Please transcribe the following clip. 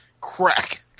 crack